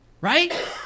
Right